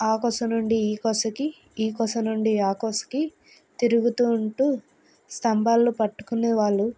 ఆ కొస నుండి ఈ కొసకి ఈ కొస నుండి ఆ కొసకి తిరుగుతూ ఉంటూ స్తంభాలు పట్టుకునే వాళ్ళు